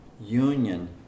union